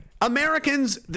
Americans